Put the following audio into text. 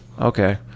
Okay